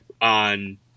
on